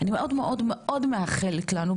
אני מאוד מאוד מאוד מאחלת לנו,